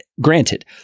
granted